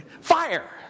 Fire